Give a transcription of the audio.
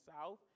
South